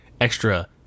extra